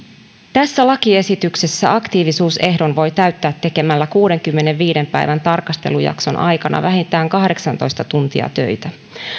tässä lakiesityksessä aktiivisuusehdon voi täyttää tekemällä kuudenkymmenenviiden päivän tarkastelujakson aikana vähintään kahdeksantoista tuntia töitä